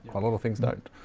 a lot of things don't.